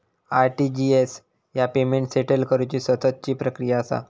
RTGS ह्या payment settle करुची सततची प्रक्रिया असा